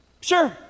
Sure